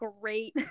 great